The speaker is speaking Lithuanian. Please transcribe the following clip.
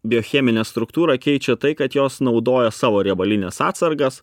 biocheminę struktūrą keičia tai kad jos naudoja savo riebalines atsargas